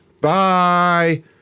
Bye